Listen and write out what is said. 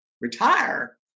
Retire